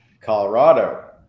Colorado